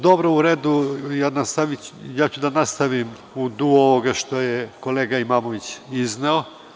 Dobro, u redu, ja ću da nastavim u duhu ovoga što je kolega Imamović izneo.